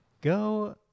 go